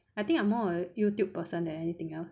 I think I'm more a Youtube person than anything else